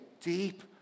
Deep